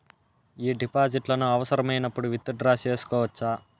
ఈ డిపాజిట్లను అవసరమైనప్పుడు విత్ డ్రా సేసుకోవచ్చా?